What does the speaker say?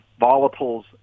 volatiles